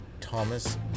Thomas